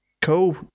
Cool